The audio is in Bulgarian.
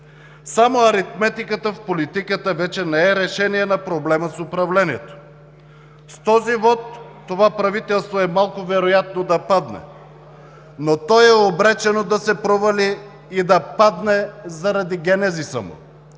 Само аритметиката в политиката вече не е решение на проблема с управлението. С този вот това правителство е малко вероятно да падне, но то е обречено да се провали и да падне заради генезиса му